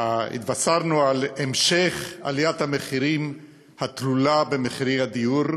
התבשרנו על המשך עליית המחירים התלולה במחירי הדיור,